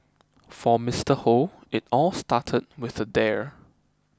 for Mr Hoe it all started with a dare